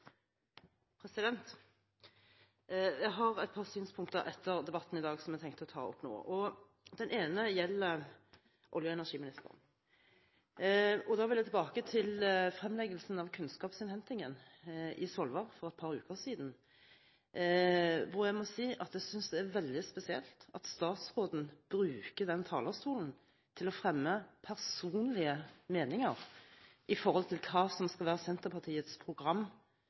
debatten. Jeg har et par synspunkter etter debatten i dag som jeg tenkte å ta opp nå. Det ene gjelder olje- og energiministeren, og da vil jeg tilbake til fremleggelsen av kunnskapsinnhentingen i Svolvær for et par uker siden. Jeg må si jeg synes det er veldig spesielt at statsråden bruker den talerstolen til å fremme personlige meninger når det gjelder hva som skal være Senterpartiets program